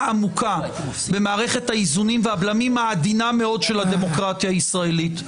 עמוקה במערכת האיזונים והבלמים העדינה מאוד של הדמוקרטיה הישראלית.